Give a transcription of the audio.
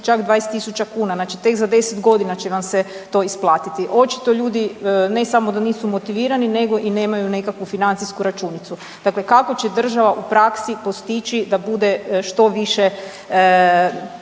čak 20.000 kuna, znači tek za deset godina će vam se to isplatiti. Očito ljudi ne samo da nisu motivirani nego i nemaju nekakvu financijsku računicu. Dakle, kako će država u praksi postići da bude što više